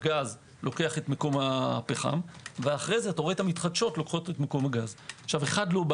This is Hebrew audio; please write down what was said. הגז לוקח את מקום הפחם ואז אתה רואה את המתחדשות לוקחות את מקום הגז.